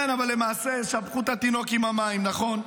כן, אבל למעשה שפכו את התינוק עם המים, נכון.